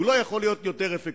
הוא לא יכול להיות יותר אפקטיבי.